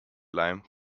lyme